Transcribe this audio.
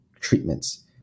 treatments